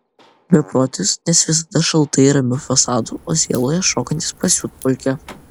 beprotis nes visada šaltai ramiu fasadu o sieloje šokantis pasiutpolkę